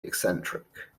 eccentric